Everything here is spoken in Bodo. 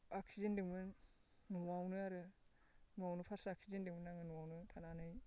आखिजेनदोंमोन न'आवनो आरो न'आवनो फार्स्ट आखिजेनदोंमोन न'आवनो थानानै